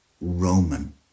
Roman